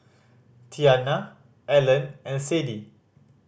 Tianna Allan and Sade